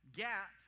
gap